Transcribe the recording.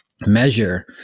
measure